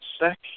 sec